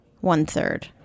one-third